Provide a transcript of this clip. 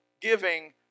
giving